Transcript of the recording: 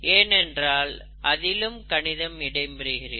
ஏனென்றால் அதிலும் கணிதம் இடம்பெறுகிறது